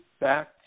back